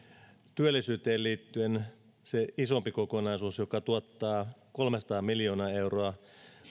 työllisyyteen liittyen se isompi kokonaisuus joka tuottaa kolmesataa miljoonaa euroa